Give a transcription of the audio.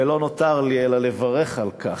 ולא נותר לי אלא לברך על כך.